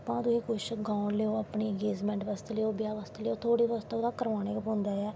कुश गौन लैओ अपनी अंगेज़मैंट वास्तै लैओ थोह्ड़ा ओह् करवानें गै पौंदा ऐ